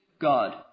God